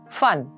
fun